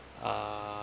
uh